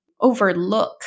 overlook